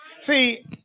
See